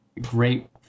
great